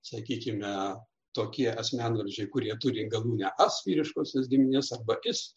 sakykime tokie asmenvardžiai kurie turi galūnę as vyriškosios giminės arba is